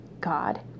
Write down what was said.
God